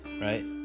right